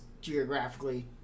geographically